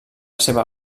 seva